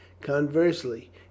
Conversely